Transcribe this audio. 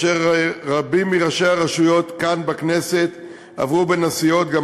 ורבים מראשי הרשויות עברו בין הסיעות כאן בכנסת.